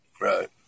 right